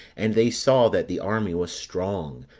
and they saw that the army was strong,